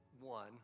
one